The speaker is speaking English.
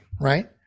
right